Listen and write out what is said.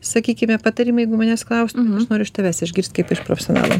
sakykime patarimai jeigu manęs klaustų bet aš noriu iš tavęs išgirst kaip iš profesionalo